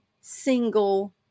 single